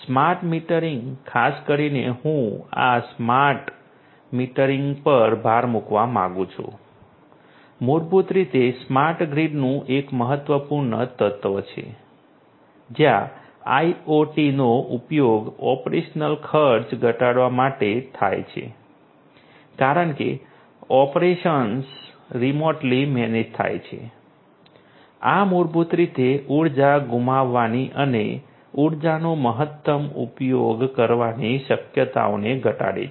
smart metering ખાસ કરીને હું આ સ્માર્ટ મીટરિંગ પર ભાર મૂકવા માંગુ છું મૂળભૂત રીતે સ્માર્ટ ગ્રીડનું એક મહત્વપૂર્ણ તત્વ છે જ્યાં IoT નો ઉપયોગ ઓપરેશનલ ખર્ચ ઘટાડવા માટે થાય છે કારણ કે ઓપરેશન્સ રિમોટલી મેનેજ થાય છે આ મૂળભૂત રીતે ઉર્જા ગુમાવવાની અને ઉર્જાનો મહત્તમ ઉપયોગ કરવાની શક્યતાઓને ઘટાડે છે